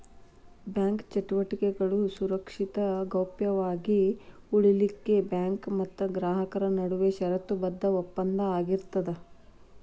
bank ಚಟುವಟಿಕೆಗಳು ಸುರಕ್ಷಿತ ಗೌಪ್ಯ ವಾಗಿ ಉಳಿಲಿಖೆಉಳಿಲಿಕ್ಕೆ ಬ್ಯಾಂಕ್ ಮತ್ತ ಗ್ರಾಹಕರ ನಡುವಿನ ಷರತ್ತುಬದ್ಧ ಒಪ್ಪಂದ ಆಗಿರ್ತದ